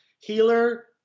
healer